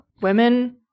women